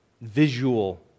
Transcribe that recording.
visual